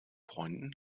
freunden